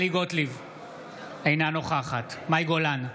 אינה נוכחת מאי גולן,